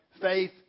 faith